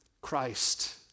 Christ